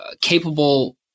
capable